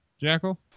Jackal